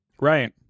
Right